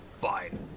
Fine